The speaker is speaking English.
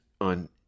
on